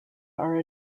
are